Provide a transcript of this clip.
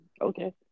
Okay